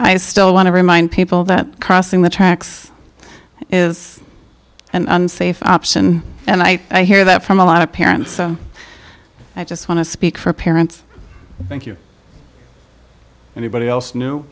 i still want to remind people that crossing the tracks is an unsafe option and i hear that from a lot of parents i just want to speak for parents thank you everybody else